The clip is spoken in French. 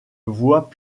voie